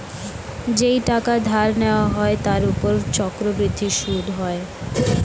যেই টাকা ধার নেওয়া হয় তার উপর চক্রবৃদ্ধি সুদ হয়